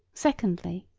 secondly,